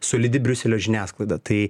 solidi briuselio žiniasklaida tai